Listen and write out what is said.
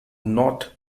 not